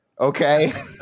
okay